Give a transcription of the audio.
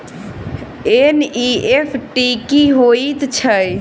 NEFT की होइत अछि?